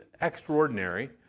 extraordinary